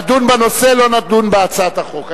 לדון בנושא, לא לדון בהצעת החוק.